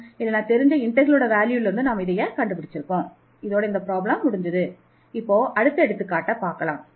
மற்றும் ஒரு எடுத்துக்காட்டை எடுத்துக்கொள்ளலாம்